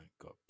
god